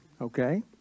okay